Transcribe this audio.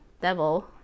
devil